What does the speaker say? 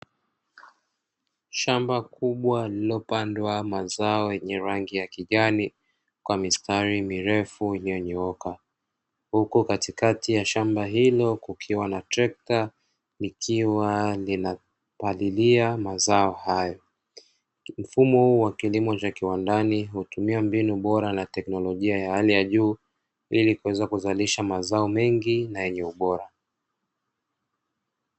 Shamba kubwa lililopandwa mazao yenye rangi ya kijani kwa mistari mirefu iliyonyooka huku katikati ya shamba hilo kukiwa na trekta, likiwa linapalilia mazao hayo. Mfumo wa kilimo cha kiwandani hutumia mbinu bora na teknolojia ya hali ya juu ili kuweza kuzalisha mazao mengi na yenye ubora.